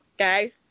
okay